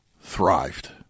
thrived